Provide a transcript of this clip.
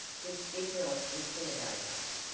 this did not intimidate us,